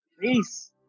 Peace